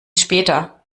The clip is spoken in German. später